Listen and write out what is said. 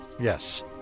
Yes